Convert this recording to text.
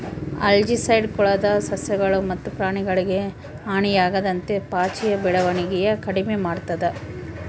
algicide ಕೊಳದ ಸಸ್ಯಗಳು ಮತ್ತು ಪ್ರಾಣಿಗಳಿಗೆ ಹಾನಿಯಾಗದಂತೆ ಪಾಚಿಯ ಬೆಳವಣಿಗೆನ ಕಡಿಮೆ ಮಾಡ್ತದ